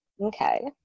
Okay